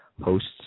hosts